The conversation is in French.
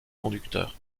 conducteur